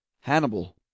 Hannibal